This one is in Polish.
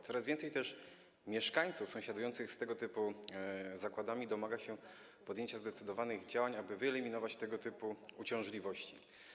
Coraz więcej mieszkańców sąsiadujących z tego typu zakładami domaga się podjęcia zdecydowanych działań, aby wyeliminować tego typu uciążliwości.